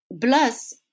plus